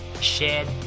shared